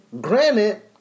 Granted